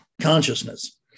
consciousness